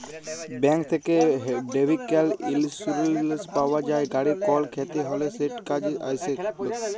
bank থ্যাকে vehicle insurance পাউয়া যায়, গাড়ির কল খ্যতি হ্যলে সেট কাজে আইসবেক